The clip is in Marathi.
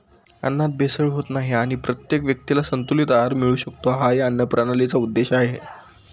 अन्नात भेसळ होत नाही आणि प्रत्येक व्यक्तीला संतुलित आहार मिळू शकतो, हा या अन्नप्रणालीचा उद्देश आहे